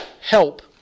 help